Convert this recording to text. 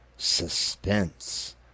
Suspense